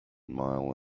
mile